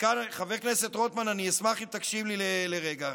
חבר הכנסת רוטמן, אני אשמח אם תקשיב לי לרגע.